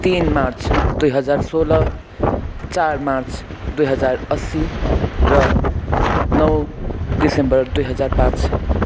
तिन मार्च दुई हजार सोह्र चार मार्च दुई हजार अस्सी र नौ दिसम्बर दुई हजार पाँच